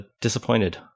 disappointed